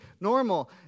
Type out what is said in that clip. normal